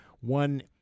one